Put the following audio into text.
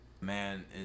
man